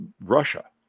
Russia